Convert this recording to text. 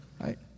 Right